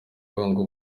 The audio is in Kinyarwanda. congo